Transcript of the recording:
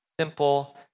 simple